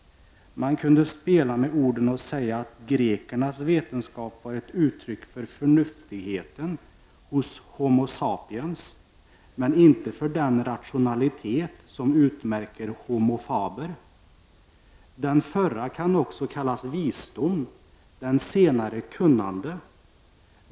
Man kunde spela med orden och säga, att grekernas vetenskap var ett uttryck för förnuftigheten hos homo sapiens, men inte för den rationalitet som utmärker homo faber. Den förra kan också kallas visdom, den senare kunnande.